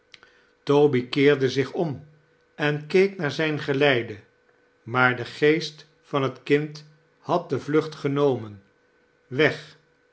toby keerde zich om en keek naar zijn geleide maar de geest van het kind had de vlucht genomen weg